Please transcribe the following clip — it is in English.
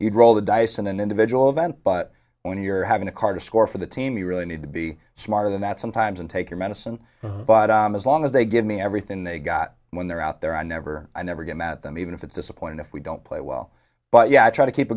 you'd roll the dice on an individual event but when you're having a card to score for the team you really need to be smarter than that sometimes and take your medicine but as long as they give me everything they got when they're out there i never i never get mad at them even if it's disappointing if we don't play well but yeah i try to keep a